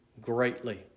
greatly